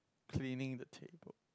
cleaning the table